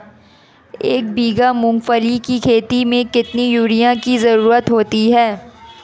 एक बीघा मूंगफली की खेती में कितनी यूरिया की ज़रुरत होती है?